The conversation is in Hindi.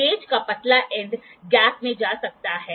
इसलिए आप उसे देख सकते हैं